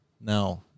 Now